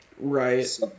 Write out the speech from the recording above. Right